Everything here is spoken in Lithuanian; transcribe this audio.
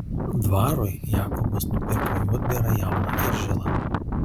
dvarui jakobas nupirko juodbėrą jauną eržilą